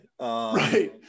right